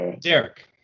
Derek